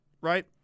Right